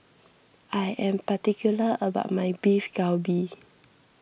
I am particular about my Beef Galbi